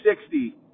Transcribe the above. sixty